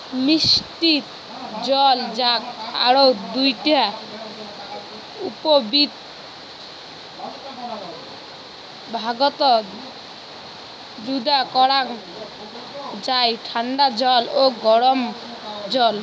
মিষ্টি জল যাক আরও দুইটা উপবিভাগত যুদা করাং যাই ঠান্ডা জল ও গরম জল